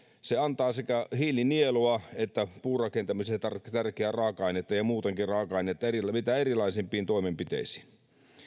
se antaa sekä hiilinielua että puurakentamiseen tärkeää raaka ainetta ja muutenkin raaka ainetta mitä erilaisimpiin toimenpiteisiin